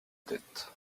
tête